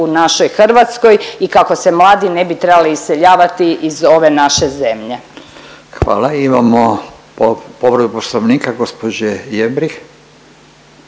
našoj Hrvatskoj i kako se mladi ne bi trebali iseljavati iz ove naše zemlje. **Radin, Furio (Nezavisni)** Hvala. Imamo povredu poslovnika gospođe Jembrih.